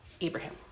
Abraham